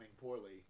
poorly